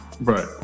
Right